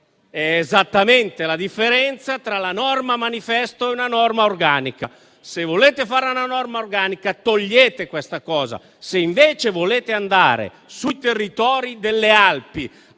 è esattamente la differenza tra una norma manifesto e una norma organica. Se volete fare una norma organica, togliete questa cosa. Se invece volete andare sui territori delle Alpi